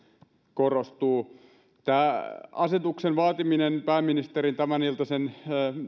korostuu tämä asetuksen vaatiminen pääministerin tämäniltaisessa